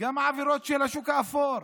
גם את העבירות של השוק האפור,